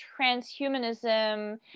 transhumanism